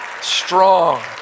strong